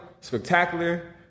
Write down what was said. spectacular